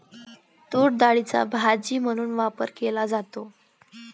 तूरडाळीचा भाजी म्हणून वापर केला जातो